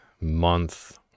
month